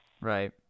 Right